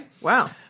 Wow